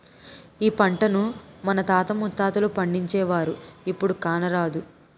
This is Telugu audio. ఈ పంటను మన తాత ముత్తాతలు పండించేవారు, ఇప్పుడు కానరాదు